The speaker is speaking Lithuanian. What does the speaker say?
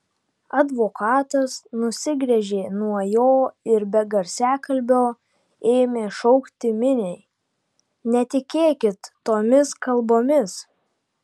advokatas nusigręžė nuo jo ir be garsiakalbio ėmė šaukti miniai netikėkit tomis kalbomis